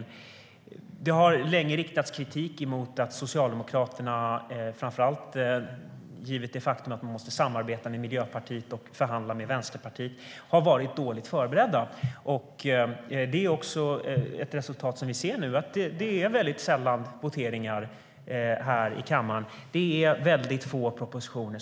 Det har länge riktats kritik mot att Socialdemokraterna - givet det faktum att man måste samarbeta med Miljöpartiet och förhandla med Vänsterpartiet - har varit dåligt förberedda. Det ser vi nu resultatet av. Det är sällan voteringar här i kammaren. Det läggs fram väldigt få propositioner.